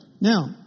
Now